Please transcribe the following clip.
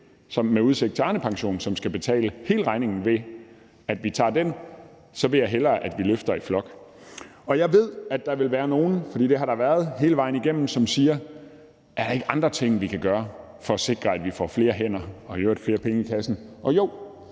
dem med udsigt til Arnepension, som skal betale hele regningen, ved at vi tager den. Så vil jeg hellere, at vi løfter i flok. Jeg ved, at der vil være nogen, for det har der været hele vejen igennem, som spørger: Er der ikke andre ting, vi kan gøre for at sikre, at vi får flere hænder og i øvrigt flere penge i kassen? Og jo,